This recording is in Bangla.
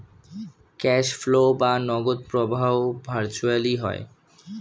ক্যাশ ফ্লো বা নগদ প্রবাহ ভার্চুয়ালি হয়